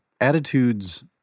attitudes